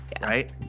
right